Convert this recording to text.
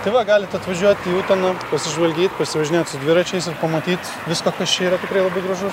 tai va galit atvažiuot į uteną pasižvalgyt pasivažinėt su dviračiais ir pamatyt viską kas čia yra tikrai labai gražu